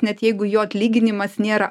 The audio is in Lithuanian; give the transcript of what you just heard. net jeigu jo atlyginimas nėra